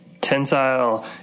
tensile